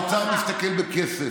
אבל את יודעת, האוצר מסתכל בכסף.